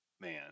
man